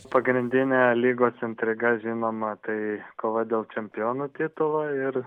pagrindinė lygos intriga žinoma tai kova dėl čempionų titulo ir